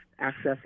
access